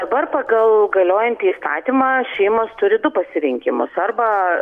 dabar pagal galiojantį įstatymą šeimos turi du pasirinkimus arba